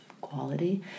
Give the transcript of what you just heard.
quality